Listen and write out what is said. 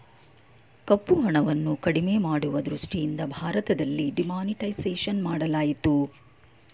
ಕಪ್ಪುಹಣವನ್ನು ಕಡಿಮೆ ಮಾಡುವ ದೃಷ್ಟಿಯಿಂದ ಭಾರತದಲ್ಲಿ ಡಿಮಾನಿಟೈಸೇಷನ್ ಮಾಡಲಾಯಿತು